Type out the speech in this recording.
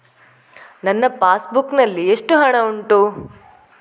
ನನ್ನ passbook ನಲ್ಲಿ ಎಷ್ಟು ಹಣ ಉಂಟು?